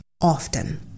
often